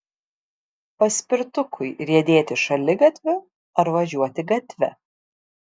paspirtukui riedėti šaligatviu ar važiuoti gatve